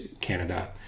Canada